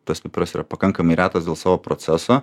tas pipiras yra pakankamai retas dėl savo proceso